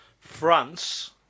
France